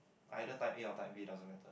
either type A or type B it doesn't matter